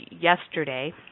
yesterday